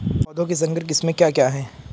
पौधों की संकर किस्में क्या क्या हैं?